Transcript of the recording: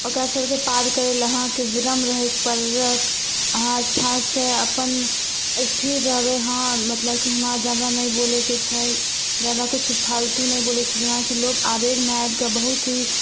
हुनका सबके पार करय लए अहाँके विनम्र रहयके पड़त अहाँ अच्छासँ अपन स्थिर रहबय हँ मतलब कि हमरा जादा नहि बोलयके छै जादा किछु फालतु नहि किछु बोलयके छै जेनाकि लोग आबेगमे आबिकऽ बहुत ही